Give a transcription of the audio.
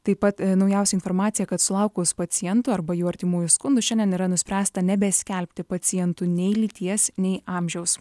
taip pat naujausia informacija kad sulaukus pacientų arba jų artimųjų skundų šiandien yra nuspręsta nebeskelbti pacientų nei lyties nei amžiaus